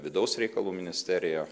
vidaus reikalų ministerija